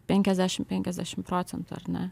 penkiasdešim penkiasdešim procentų ar ne